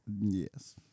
Yes